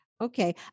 Okay